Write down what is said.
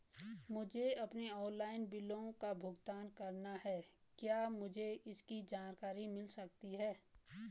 मुझे अपने ऑनलाइन बिलों का भुगतान करना है क्या मुझे इसकी जानकारी मिल सकती है?